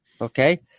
Okay